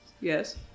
Yes